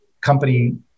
company